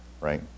right